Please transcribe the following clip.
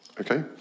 okay